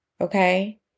okay